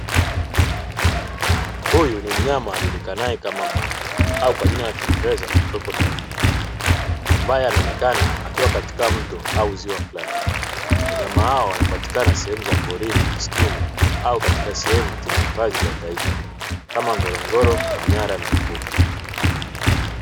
Huyu ni mnyama ajulikanaye kama mamba au kwa jina la Kiingereza "CROCODILE" ambaye anaonekana akiwa katika mto au ziwa fulani. Wanyama hawa wanapatikana sehemu za porini; msituni au katika sehemu zenye hifadhi za taifa kama Ngorongoro, Manyara na Mikumi.